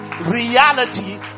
reality